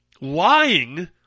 lying